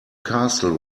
castle